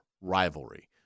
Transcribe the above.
rivalry